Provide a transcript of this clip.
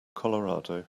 colorado